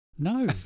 No